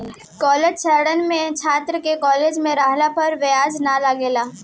college ऋण में छात्र के कॉलेज में रहला पर ब्याज ना लागेला